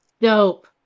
Dope